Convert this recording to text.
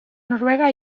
noruega